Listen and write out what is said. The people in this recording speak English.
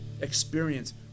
experience